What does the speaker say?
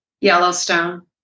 Yellowstone